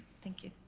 thank you.